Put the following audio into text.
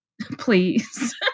please